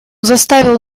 заставил